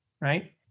right